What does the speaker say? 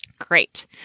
Great